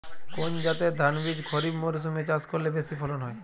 কোন জাতের ধানবীজ খরিপ মরসুম এ চাষ করলে বেশি ফলন হয়?